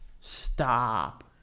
Stop